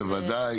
בוודאי.